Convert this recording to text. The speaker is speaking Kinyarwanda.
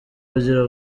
bugira